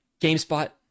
GameSpot